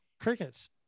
crickets